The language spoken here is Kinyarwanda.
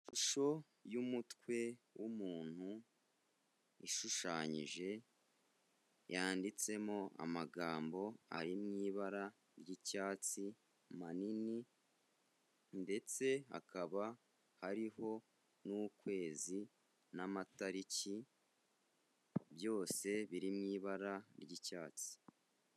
Ishusho y'umutwe w'umuntu, ishushanyije yanditsemo amagambo ari mu ibara ry'icyatsi manini ndetse hakaba hariho n'ukwezi n'amatariki byose biri mu ibara ry'icyatsi.